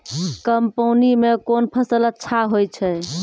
कम पानी म कोन फसल अच्छाहोय छै?